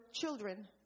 children